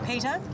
Peter